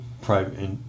private